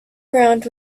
ground